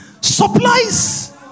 supplies